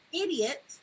idiot